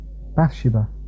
Bathsheba